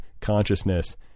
consciousness